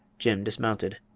jim dismounted.